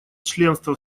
членства